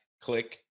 Click